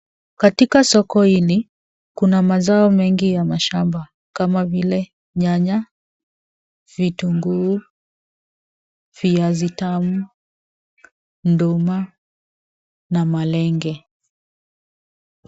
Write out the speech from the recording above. Katika soko hili Kuna masao mengi ya mashamba kama vile nyanya, vitunguu ,viazi tamu, nduma na malenge